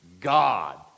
God